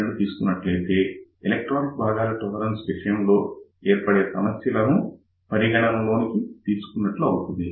2 తీసుకున్నట్లయితే ఎలక్ట్రానిక్ భాగాల టోలరెస్స్ విషయంలో ఏర్పడే సమస్యలను పరిగణలోకి తీసుకున్నట్లు అవుతుంది